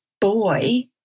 boy